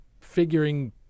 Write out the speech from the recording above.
figuring